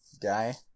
guy